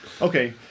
Okay